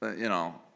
ah you know.